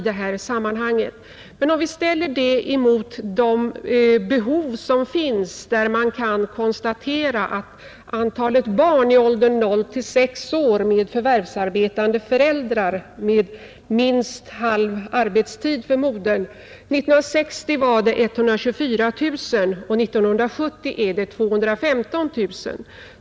Men det skall ställas mot de behov som finns. Man kan konstatera att antalet barn i åldern 0—6 år med förvärvsarbetande föräldrar — där modern har minst halvtidsarbete — år 1960 var 124 000 och år 1970 215 000.